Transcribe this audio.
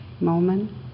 moment